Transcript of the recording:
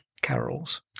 carols